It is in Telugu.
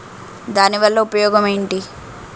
దాని వల్ల ఉపయోగం ఎంటి?